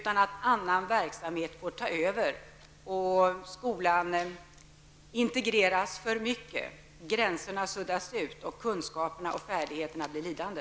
Vad händer om annan verksamhet på detta sätt får ta över och skolan i för hög grad integreras, om gränserna suddas ut och kunskaperna och färdigheterna blir lidande?